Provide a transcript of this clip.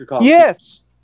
Yes